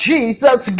Jesus